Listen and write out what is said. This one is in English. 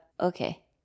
okay